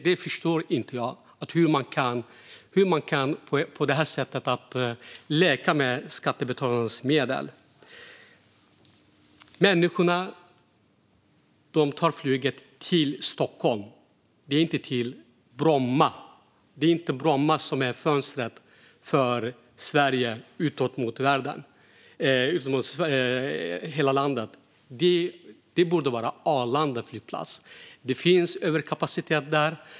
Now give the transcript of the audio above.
Jag förstår inte hur man på detta sätt kan leka med skattebetalarnas medel. Människor tar flyget till Stockholm, inte till Bromma. Det är inte Bromma flygplats som är fönstret utåt mot hela landet och mot hela världen. Det borde vara Arlanda flygplats. Det finns överkapacitet där.